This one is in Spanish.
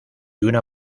una